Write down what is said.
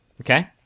Okay